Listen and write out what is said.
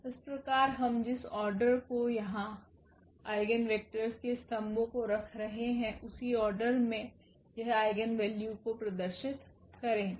इस प्रकार हम जिस ऑर्डर को यहाँ आइगेन वेक्टरस के स्तंभो को रख रहे हैं उसी ऑर्डर में यह आइगेन वैल्यू को प्रदर्शित करेंगे